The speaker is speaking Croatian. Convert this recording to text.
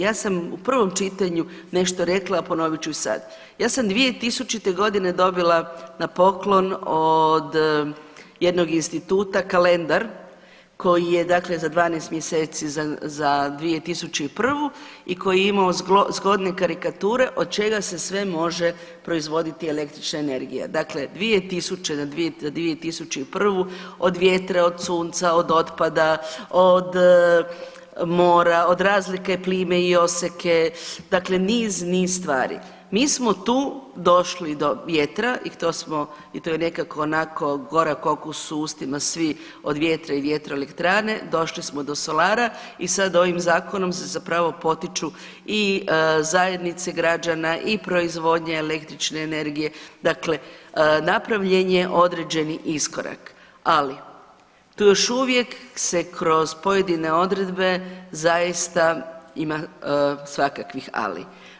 Ja sam u prvom čitanju nešto rekla, a ponovit ću i sad, ja sam 2000.g. dobila na poklon od jednog instituta kalendar koji je za 12 mjeseci za 2001. i koji je imao zgodne karikature od čega se sve može proizvoditi električna energija, dakle 2000. na 2001. od vjetra, od sunca, od otpada, od mora, od razlike plime i oseke dakle niz, niz stvari, mi smo tu došli do vjetra i to je nekako onako gorak okus u ustima svi od vjetra i vjetroelektrane došli smo do solara i sada ovim zakonom se zapravo potiču i zajednice građana i proizvodnje električne energije dakle napravljen je određeni iskorak, ali tu još uvijek se kroz pojedine odredbe zaista ima svakakvih ali.